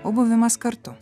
o buvimas kartu